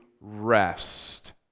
rest